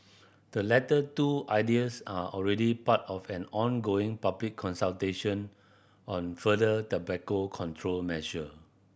the latter two ideas are already part of an ongoing public consultation on further tobacco control measure